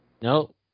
Nope